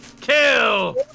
Kill